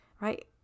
right